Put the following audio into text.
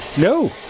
No